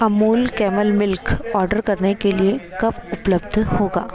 Amul camel milk order करने के लिए कब उपलब्ध होगा